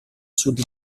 sud